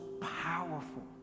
powerful